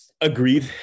Agreed